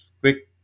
quick